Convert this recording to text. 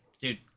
Dude